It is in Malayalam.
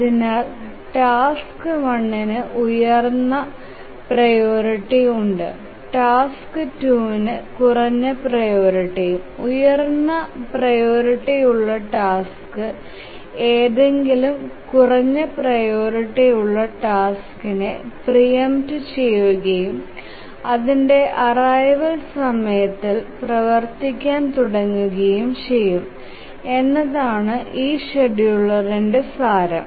അതിനാൽ ടാസ്ക്1ന് ഉയർന്ന പ്രിയോറിറ്റി ഉണ്ട് ടാസ്ക് 2 ന് കുറഞ്ഞ പ്രിയോറിറ്റിയും ഉയർന്ന പ്രിയോറിറ്റിയുള്ള ടാസ്ക് ഏതെങ്കിലും കുറഞ്ഞ പ്രിയോറിറ്റിയുള്ള ടാസ്ക്നേ പ്രിയമ്ട് ചെയുകയും അതിന്റെ ആരൈവൾ സമയത്തിൽ പ്രവർത്തിക്കാൻ തുടങ്ങുകയും ചെയ്യും എന്നതാണ് ഈ ഷെഡ്യൂളറിന്റെ സാരം